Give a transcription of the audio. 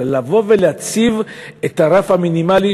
אלא לבוא ולהציב את הרף המינימלי,